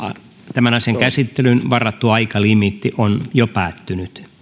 tämän asian käsittelyyn varattu aikalimiitti on jo päättynyt